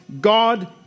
God